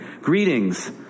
Greetings